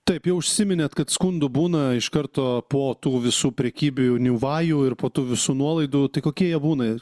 taip jau užsiminėt kad skundų būna iš karto po tų visų prekybinių vajų ir po tų visų nuolaidų tai kokie jie būna ir